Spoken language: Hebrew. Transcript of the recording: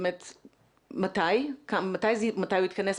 מתי הוא יתכנס,